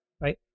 Right